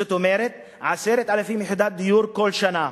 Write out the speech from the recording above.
זאת אומרת, 10,000 יחידות דיור כל שנה.